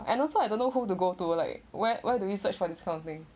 and also I don't know who to go to like where where do we search for this kind of thing